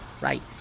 right